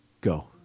go